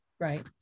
right